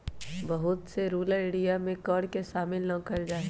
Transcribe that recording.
बहुत से rural area में कर के शामिल ना कइल जा हई